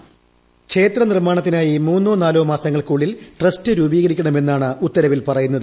voice ക്ഷേത്ര നിർമാണത്തിനായി മൂന്നോ നാലോ മാസങ്ങൾക്കുള്ളിൽ ട്രസ്റ്റ് രൂപീകരിക്കണമെന്നാണ് ഉത്തരവിൽ പറയുന്നത്